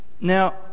Now